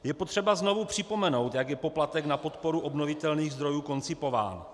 Je potřeba znovu připomenout, jak je poplatek na podporu obnovitelných zdrojů koncipován.